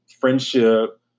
friendship